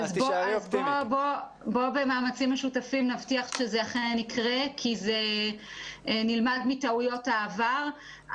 בוא במאמצים משותפים נבטיח שזה אכן יקרה כי זה נלמד מטעויות העבר.